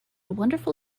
wonderful